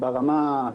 ברמה תברואתית,